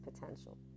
potential